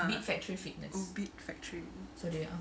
ah beat factory